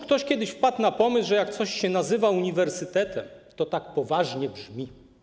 Ktoś kiedyś wpadł na pomysł, że jak coś się nazywa uniwersytetem, to tak poważnie to brzmi.